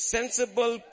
Sensible